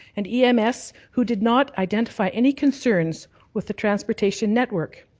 and ems who did not identify any concerns with the transportation network.